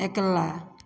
अगिला